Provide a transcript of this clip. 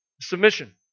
Submission